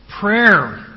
Prayer